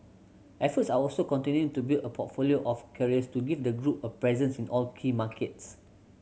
efforts are also continuing to build a portfolio of carriers to give the group a presence in all key markets